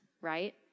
right